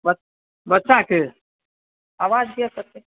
ब बच्चाके आवाज किएक कटै छै